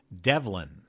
Devlin